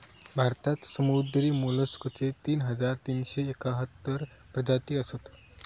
भारतात समुद्री मोलस्कचे तीन हजार तीनशे एकाहत्तर प्रजाती असत